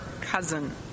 cousin